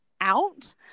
out